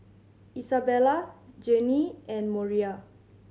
Isabella Janey and Moriah